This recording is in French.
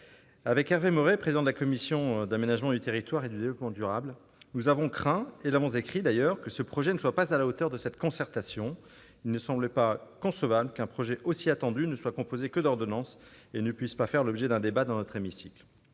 Avec Hervé Maurey, président de la commission de l'aménagement du territoire et du développement durable, nous avons craint- nous l'avons écrit -que ce projet ne soit pas à la hauteur de cette concertation. Il ne semblait pas concevable qu'un projet aussi attendu ne soit composé que d'ordonnances et ne puisse pas faire l'objet d'un débat réel dans notre hémicycle.